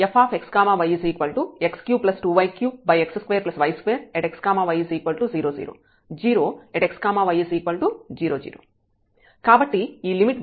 fxyx32y3x2y2xy00 0xy00 కాబట్టి ఈ limit 1 అవుతుంది